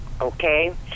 okay